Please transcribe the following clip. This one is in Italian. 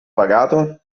pagato